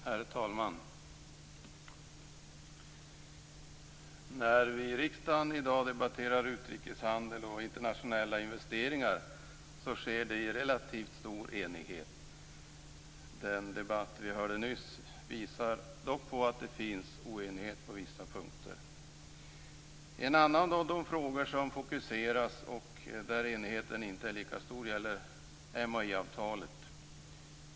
Herr talman! När vi i riksdagen i dag debatterar utrikeshandel och internationella investeringar sker det i relativt stor enighet. Den debatt vi hörde nyss visar dock på att det finns oenighet på vissa punkter. En annan av de frågor som fokuseras, där enigheten inte är lika stor, gäller MAI-avtalet.